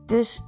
Dus